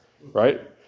right